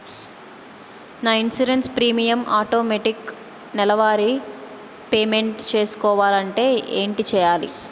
నా insurance premium automatic నెలవారి payment చేసుకోవాలంటే ఏంటి చేయాలి?